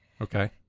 Okay